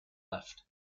left